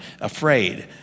afraid